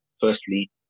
firstly